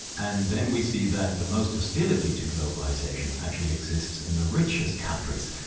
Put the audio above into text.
and then we see that the most hostility to globalisation actually exists in the richest countries,